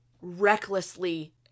recklessly